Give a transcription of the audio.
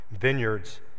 vineyards